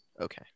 Okay